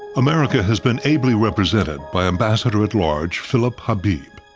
america has been ably represented by ambassador at large phillip habib.